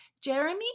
Jeremy